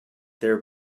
their